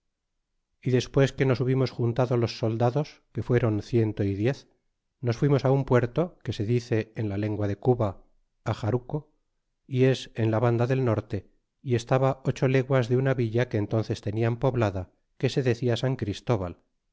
y despues que nos hubimos juntado los soldados que fuéron ciento y diez nos fuimos un puerto que se dice en la lengua de cuba ajaruco y es en la banda del norte y estaba ocho leguas de una villa que enténces tenian poblada que se decia san christóval